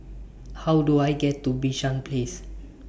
How Do I get to Bishan Place